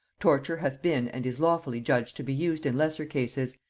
torture hath been and is lawfully judged to be used in lesser cases,